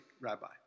rabbi